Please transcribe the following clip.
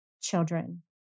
children